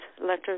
letters